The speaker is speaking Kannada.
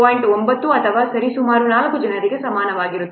9 ಅಥವಾ ಸರಿಸುಮಾರು 4 ಜನರಿಗೆ ಸಮಾನವಾಗಿರುತ್ತದೆ